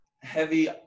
heavy